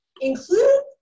include